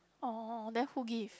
orh then who give